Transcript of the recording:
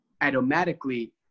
automatically